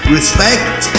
Respect